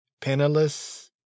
penniless